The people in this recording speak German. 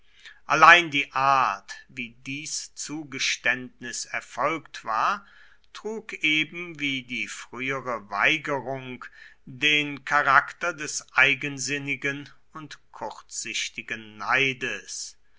allein die art wie dies zugeständnis erfolgt war trug eben wie die frühere weigerung den charakter des eigensinnigen und kurzsichtigen neides